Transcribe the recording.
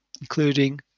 including